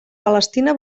palestina